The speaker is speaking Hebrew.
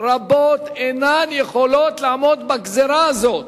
רבות אינן יכולות לעמוד בגזירה הזאת.